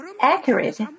accurate